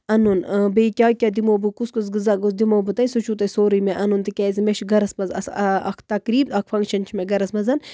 اَنُن بیٚیہِ کیاہ کیاہ دِمو بہٕ کُس کُس غزاہ دِمو بہٕ تۄہہِ سُہ چھُو تۄہہِ سورُے مےٚ اَنُن تِکیازِ مےٚ چھِ گرَس منٛز اَس اکھ تقریٖب اکھ فَنکشَن چھُ مےٚ گرَس منٛز